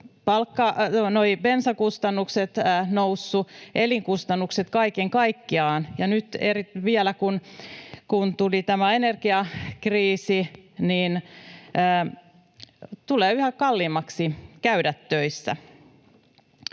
bensakustannukset nousseet, elinkustannukset kaiken kaikkiaan, ja nyt vielä kun tuli tämä energiakriisi, niin tulee yhä kalliimmaksi käydä töissä.